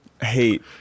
hate